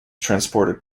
transported